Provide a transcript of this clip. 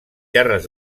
terres